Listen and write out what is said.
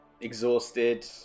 Exhausted